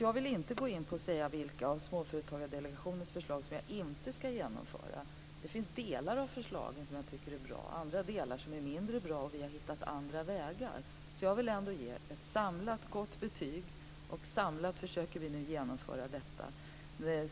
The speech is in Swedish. Jag vill därför inte gå in och säga vilka av Småföretagsdelegationens förslag som jag inte ska genomföra. Det finns delar av förslagen som jag tycker är bra och andra delar som är mindre bra och där vi har hittat andra vägar. Jag vill därför ändå ge ett samlat gott betyg, och samlat försöker vi nu genomföra detta.